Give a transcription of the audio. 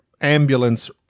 ambulance